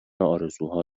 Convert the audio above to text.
ارزوها